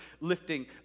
lifting